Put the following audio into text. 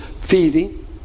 feeding